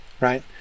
right